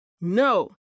No